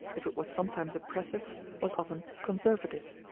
if it was sometimes oppressive, was often conservative.